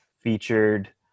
Featured